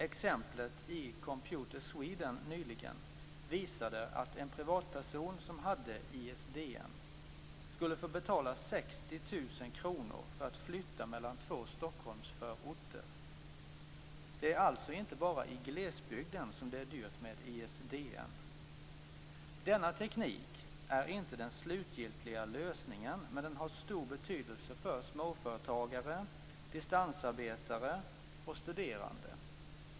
Exemplet i Computer Sweden nyligen visade att en privatperson som hade ISDN skulle få betala Det är alltså inte bara i glesbygden som det är dyrt med ISDN. Denna teknik är inte den slutgiltiga lösningen, men den har stor betydelse för småföretagare, distansarbetare och studerande.